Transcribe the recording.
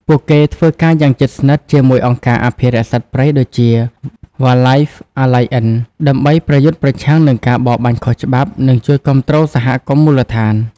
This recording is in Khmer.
ពួកគេធ្វើការយ៉ាងជិតស្និទ្ធជាមួយអង្គការអភិរក្សសត្វព្រៃដូចជា Wildlife Alliance ដើម្បីប្រយុទ្ធប្រឆាំងនឹងការបរបាញ់ខុសច្បាប់ និងជួយគាំទ្រសហគមន៍មូលដ្ឋាន។